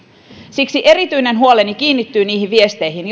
siksi erityinen huoleni kiinnittyy niihin viesteihin